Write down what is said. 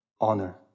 honor